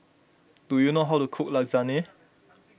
do you know how to cook Lasagne